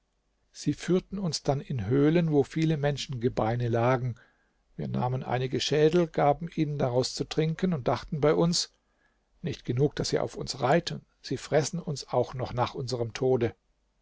sie führten uns dann in höhlen wo viele menschengebeine lagen wir nahmen einige schädel gaben ihnen daraus zu trinken und dachten bei uns nicht genug daß sie auf uns reiten sie fressen uns auch noch nach unserm tode